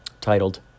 titled